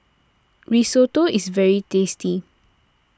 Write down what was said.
Risotto is very tasty